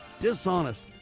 dishonest